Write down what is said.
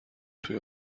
توی